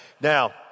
Now